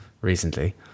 recently